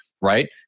right